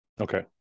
okay